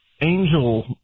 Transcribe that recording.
angel